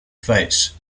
face